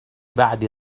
بعد